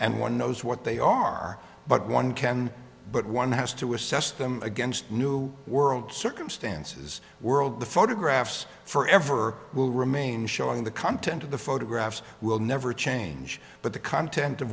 and one knows what they are but one can but one has to assess them against new world circumstances world the photographs forever will remain showing the content of the photographs will never change but the content of